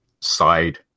side